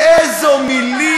איזה שחקן קולנוע, אילו מילים.